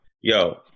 Yo